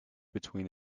between